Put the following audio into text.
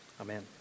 Amen